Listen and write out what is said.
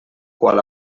qual